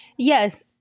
Yes